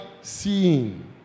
seeing